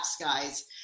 guys